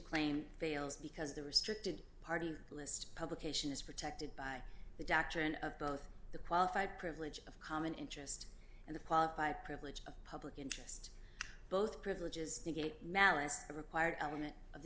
claim fails because the restricted party list publication is protected by the doctrine of both the qualified privilege of common interest and the qualified privilege of public interest both privileges negate malice a required element of the